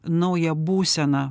naują būseną